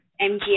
MGA